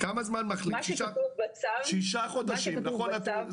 שישה חודשים, נכון?